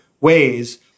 ways